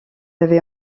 avez